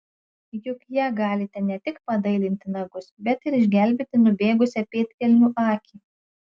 juk ja galite ne tik padailinti nagus bet ir išgelbėti nubėgusią pėdkelnių akį